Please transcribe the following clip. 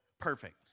Perfect